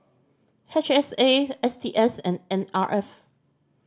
H S A S T S and N R F